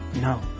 No